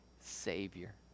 Savior